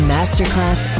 Masterclass